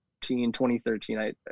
2013